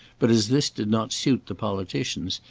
but as this did not suit the politicians,